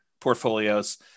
portfolios